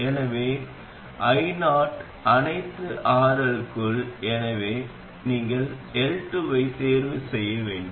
எனவே io அனைத்தும் RL க்குள் செல்லும் எனவே நீங்கள் L2 ஐ தேர்வு செய்ய வேண்டும்